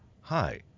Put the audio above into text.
Hi